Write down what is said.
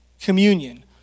communion